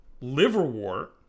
liverwort